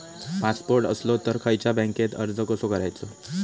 Passport असलो तर खयच्या बँकेत अर्ज कसो करायचो?